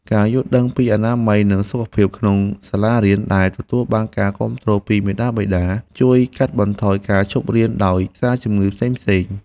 ការយល់ដឹងពីអនាម័យនិងសុខភាពក្នុងសាលារៀនដែលទទួលបានការគាំទ្រពីមាតាបិតា ជួយកាត់បន្ថយការឈប់រៀនដោយសារជំងឺផ្សេងៗ។